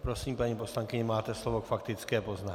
Prosím, paní poslankyně, máte slovo k faktické poznámce.